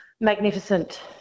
Magnificent